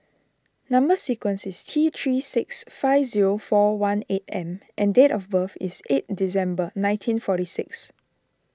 Number Sequence is T three six five zero four one eight M and date of birth is eight December nineteen forty six